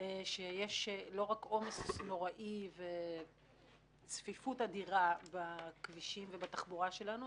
שיש לא רק עומס נוראי וצפיפות אדירה בכבישים ובתחבורה שלנו,